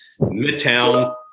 midtown